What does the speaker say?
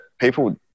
people